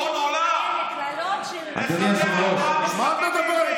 חבל על הזמן, גאון עצום, גאון עולם.